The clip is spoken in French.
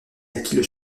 acquiert